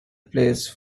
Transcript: place